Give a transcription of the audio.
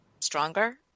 stronger